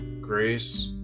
grace